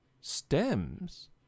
stems